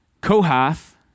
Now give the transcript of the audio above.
Kohath